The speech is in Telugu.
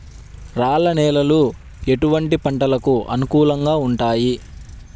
రాళ్ల నేలలు ఎటువంటి పంటలకు అనుకూలంగా ఉంటాయి?